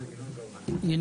גם ינון?